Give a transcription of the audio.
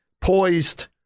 poised